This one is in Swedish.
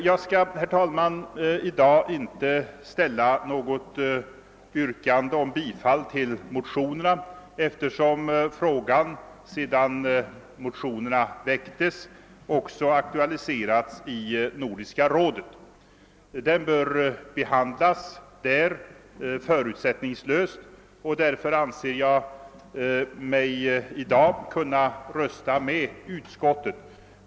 Jag skall, herr talman, i dag inte ställa något yrkande om bifall till motionerna, eftersom frågan sedan motionerna väcktes också aktualiserats i Nordiska rådet. Den bör behandlas förutsättningslöst där, och därför anser jag mig i dag kunna biträda utskottets förslag.